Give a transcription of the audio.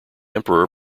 emperor